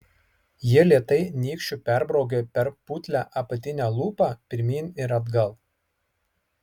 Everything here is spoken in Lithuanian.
ji lėtai nykščiu perbraukė per putlią apatinę lūpą pirmyn ir atgal